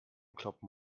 kloppen